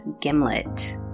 gimlet